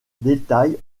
détails